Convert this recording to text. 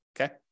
okay